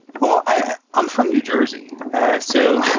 well, i'm i'm from new jersey so